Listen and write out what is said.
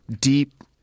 deep